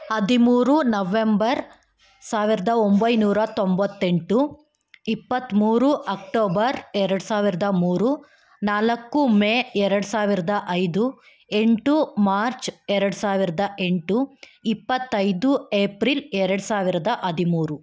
ಹದಿಮೂರು ನವೆಂಬರ್ ಸಾವಿರದ ಒಂಬೈನೂರ ತೊಂಬತ್ತೆಂಟು ಇಪ್ಪತ್ತ್ಮೂರು ಅಕ್ಟೋಬರ್ ಎರಡು ಸಾವಿರದ ಮೂರು ನಾಲ್ಕು ಮೇ ಎರಡು ಸಾವಿರದ ಐದು ಎಂಟು ಮಾರ್ಚ್ ಎರಡು ಸಾವಿರದ ಎಂಟು ಇಪ್ಪತ್ತೈದು ಏಪ್ರಿಲ್ ಎರಡು ಸಾವಿರದ ಹದಿಮೂರು